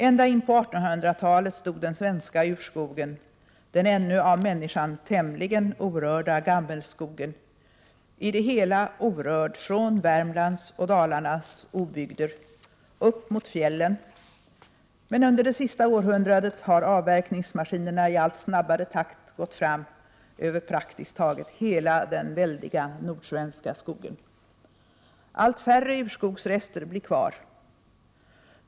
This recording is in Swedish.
Ända in på 1800-talet stod den svenska urskogen — den ännu av människan tämligen orörda gammelskogen — i det hela orörd från Värmlands och Dalarnas obygder upp mot fjällen. Men under det senaste århundradet har avverkningsmaskinerna i allt snabbare takt gått fram över praktiskt taget hela den väldiga nordsvenska skogen. Allt färre urskogsrester blir kvar.